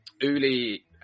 Uli